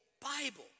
Bible